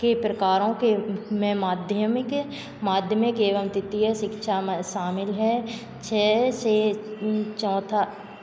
के प्रकारों के मैं माध्यमिक माध्यमिक एवं तृतीय शिक्षा में शामिल है छः से चौथा